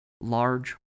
large